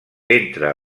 entre